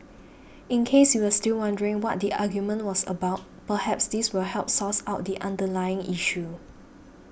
in case you were still wondering what the argument was about perhaps this will help source out the underlying issue